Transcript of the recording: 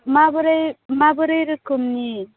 माबोरै माबोरै रोखोमनि